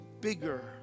bigger